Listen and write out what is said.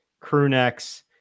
crewnecks